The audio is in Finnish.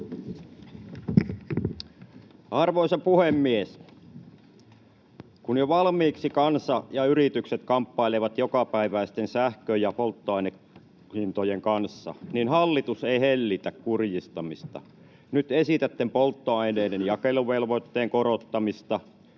Arvoisa puhemies! Kun jo valmiiksi kansa ja yritykset kamppailevat jokapäiväisten sähkö- ja polttoainehintojen kanssa, niin hallitus ei hellitä kurjistamista. Nyt esitätte polttoaineiden jakeluvelvoitteen korottamista,